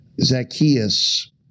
Zacchaeus